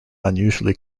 unusually